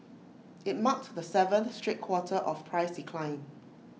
IT marked the seventh straight quarter of price decline